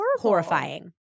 Horrifying